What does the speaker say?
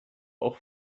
auch